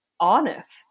honest